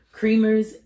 creamers